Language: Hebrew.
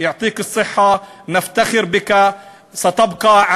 להלן תרגומם: אנו אוהבים אותך מאוד.